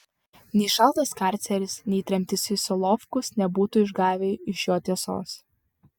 nei šaltas karceris nei tremtis į solovkus nebūtų išgavę iš jo tiesos